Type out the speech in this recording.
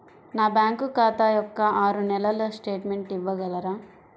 నా బ్యాంకు ఖాతా యొక్క ఆరు నెలల స్టేట్మెంట్ ఇవ్వగలరా?